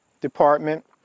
department